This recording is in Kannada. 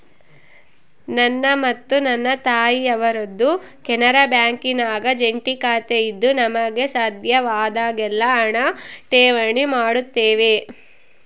ನನ್ನ ಮತ್ತು ನನ್ನ ತಾಯಿಯವರದ್ದು ಕೆನರಾ ಬ್ಯಾಂಕಿನಾಗ ಜಂಟಿ ಖಾತೆಯಿದ್ದು ನಮಗೆ ಸಾಧ್ಯವಾದಾಗೆಲ್ಲ ಹಣ ಠೇವಣಿ ಮಾಡುತ್ತೇವೆ